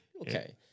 Okay